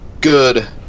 good